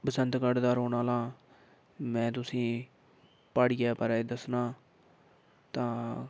बसंतगढ़ दा रौह्न आह्ला में तुसें ई प्हाड़ियै बारै ई दस्सना तां